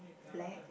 black